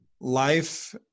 Life